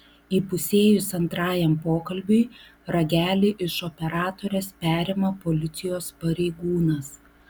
įpusėjus antrajam pokalbiui ragelį iš operatorės perima policijos pareigūnas